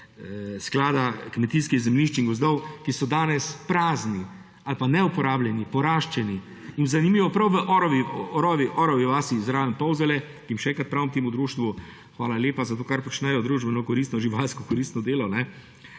Sklada kmetijskih zemljišč in gozdov, ki so danes prazni ali pa neuporabljeni, poraščeni. In zanimivo, prav v Orovi vasi zraven Polzele – še enkrat pravim temu društvu hvala lepa za to, kar počnejo, družbeno koristno, živalsko koristno delo –